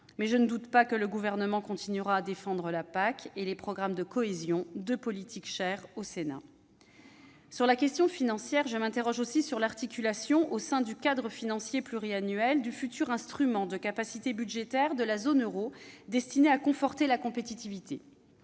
Mais je ne doute pas que le Gouvernement continuera à défendre la PAC et les programmes de cohésion, deux politiques chères au Sénat. S'agissant toujours de la question financière, je m'interroge aussi sur l'articulation du futur instrument de capacité budgétaire de la zone euro, destiné à conforter la compétitivité,